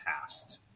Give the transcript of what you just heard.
past